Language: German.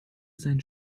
seinen